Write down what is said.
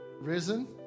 risen